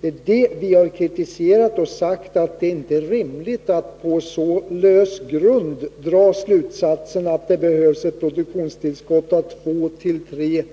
Det är detta vi har kritiserat, och vi har sagt att det inte är rimligt att på så lös grund dra slutsatsen att det behövs ett produktionstillskott av 2-3 TWh